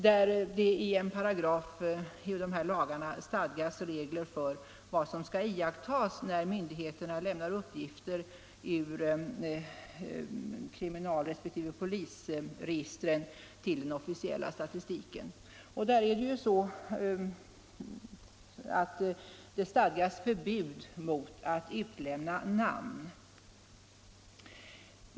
Där finns det i en paragraf regler för vad som skall iakttas när myndigheterna lämnar uppgifter ur kriminalresp. polisregistren till den officiella statistiken, och det stadgas förbud mot att utlämna namn.